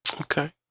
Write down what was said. Okay